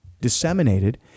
disseminated